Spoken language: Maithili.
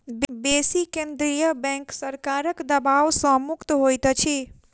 बेसी केंद्रीय बैंक सरकारक दबाव सॅ मुक्त होइत अछि